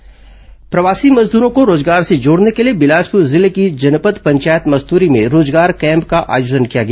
रोजगार कैम्प प्रवासी मजदूरों को रोजगार से जोड़ने के लिए बिलासपुर जिले की जनपद पंचायत मस्तूरी में रोजगार कैम्प का आयोजन किया गया